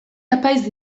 apaiz